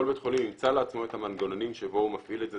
בית חולים ימצא לעצמו את המנגנונים שבהם הוא מפעיל את זה.